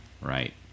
right